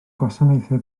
gwasanaethau